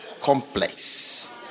Complex